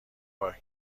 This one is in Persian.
پارک